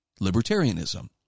libertarianism